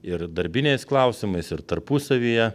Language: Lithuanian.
ir darbiniais klausimais ir tarpusavyje